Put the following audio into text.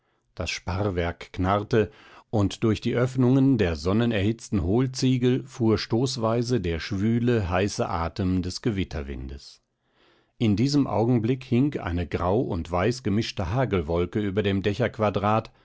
das sparrwerk knarrte und durch die oeffnungen der sonnenerhitzten hohlziegel fuhr stoßweise der schwüle heiße atem des gewitterwindes in diesem augenblick hing eine grau und weiß gemischte hagelwolke über dem